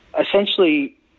essentially